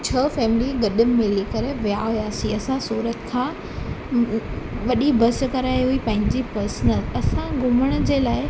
छह फैमिली गॾु मिली करे विया हुयासी असां सूरत खां वॾी बस कराई हुई पंहिंजी बस न असां घुमण जे लाइ